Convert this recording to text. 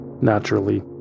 Naturally